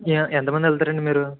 ఏం ఎంతమంది వెళ్తారండి మీరు